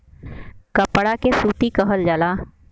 कपड़ा के सूती कहल जाला